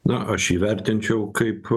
na aš jį vertinčiau kaip